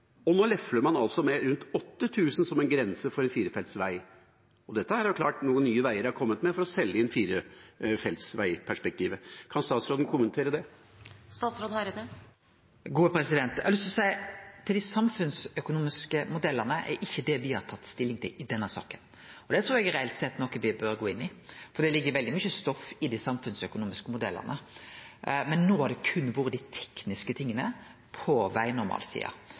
og trefeltsveier, og nå lefler man altså med rundt 8 000 som en grense for en firefeltsvei. Det er klart at dette er noe Nye Veier har kommet med for å selge inn firefeltsveiperspektivet. Kan statsråden kommentere det? Eg har lyst til å seie at dei samfunnsøkonomiske modellane ikkje er det me har tatt stilling til i denne saka. Det trur eg reelt sett er noko me bør gå inn i, for det ligg veldig mykje stoff i dei samfunnsøkonomiske modellane. Men no har det berre vore dei tekniske tinga på